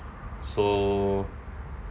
so